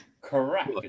Correct